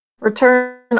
Return